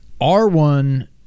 R1